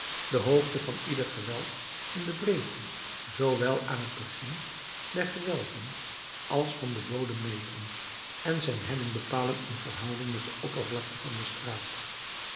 de hoogte van ieder gewelf in de breedte zoowel aan het begin der gewelven als van den bodem meten en zijn helling bepalen in verhouding met de oppervlakte van de straat